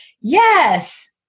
Yes